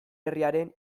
herriaren